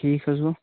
ٹھیٖک حظ گوٚو